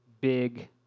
big